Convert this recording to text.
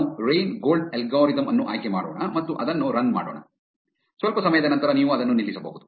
ನಾವು Reingold algorithm ಅನ್ನು ಆಯ್ಕೆ ಮಾಡೋಣ ಮತ್ತು ಅದನ್ನು ರನ್ ಮಾಡೋಣ ಸ್ವಲ್ಪ ಸಮಯದ ನಂತರ ನೀವು ಅದನ್ನು ನಿಲ್ಲಿಸಬಹುದು